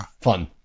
fun